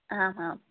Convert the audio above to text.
आम् आम्